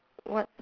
what